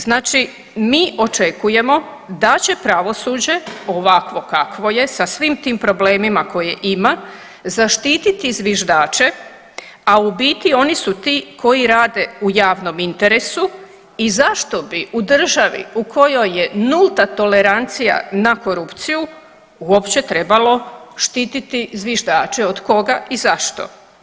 Znači mi očekujemo da će pravosuđe ovako kakvo je sa svim tim problemima koje ima, zaštiti zviždače, a u biti oni su ti koji rade u javnom interesu i zašto bi u državi u kojoj je nulta tolerancija na korupciju uopće trebalo štititi zviždače, od koga i zašto.